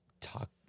talk